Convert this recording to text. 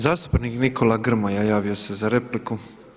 Zastupnik Nikola Grmoja javio se za repliku.